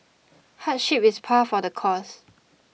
hardship is par for the course